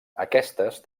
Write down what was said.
aquestes